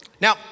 Now